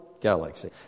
galaxy